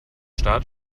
start